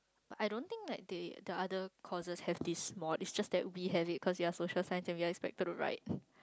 but I don't think like they the other courses have this is just that we have it cause we are social science and we are expected to write